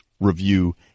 review